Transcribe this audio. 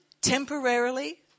temporarily